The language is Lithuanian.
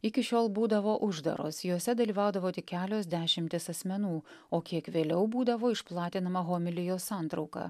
iki šiol būdavo uždaros jose dalyvaudavo tik kelios dešimtys asmenų o kiek vėliau būdavo išplatinama homilijos santrauka